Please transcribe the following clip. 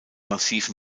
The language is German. massiven